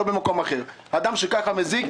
אדם שכך מזיק.